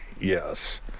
yes